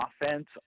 offense